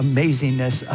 amazingness